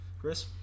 Chris